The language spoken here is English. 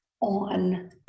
on